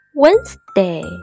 Wednesday